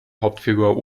hauptfigur